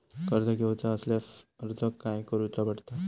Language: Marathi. कर्ज घेऊचा असल्यास अर्ज खाय करूचो पडता?